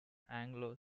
anglo